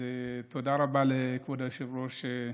אז תודה רבה לכבוד היושב-ראש,